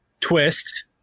twist